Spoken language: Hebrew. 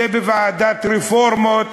שיהיה בוועדת רפורמות,